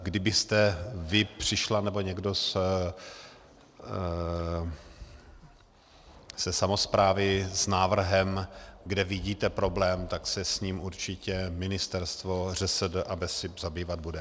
Kdybyste vy přišla, nebo někdo ze samosprávy, s návrhem, kde vidíte problém, tak se s ním určitě ministerstvo, ŘSD a BESIP zabývat bude.